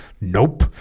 Nope